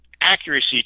accuracy